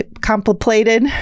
complicated